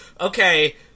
okay